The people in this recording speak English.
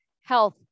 health